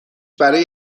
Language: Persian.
برای